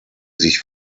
sich